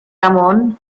ramón